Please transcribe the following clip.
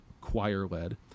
choir-led